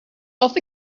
off